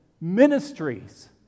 ministries